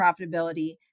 profitability